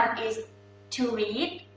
is to read,